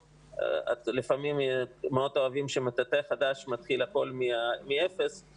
לפעמים מאוד אוהבים שמטאטא חדש מתחיל הכול מאפס,